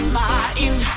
mind